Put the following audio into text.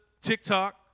TikTok